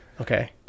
Okay